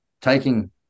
taking